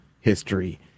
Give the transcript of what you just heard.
history